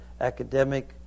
Academic